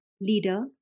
leader